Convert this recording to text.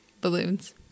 Balloons